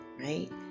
right